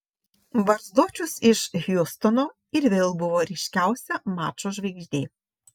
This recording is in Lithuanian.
barzdočius iš hjustono ir vėl buvo ryškiausia mačo žvaigždė